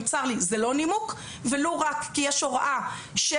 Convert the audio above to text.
צר לי זה לא נימוק, ולו רק כי יש הוראה של